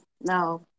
No